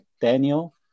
Daniel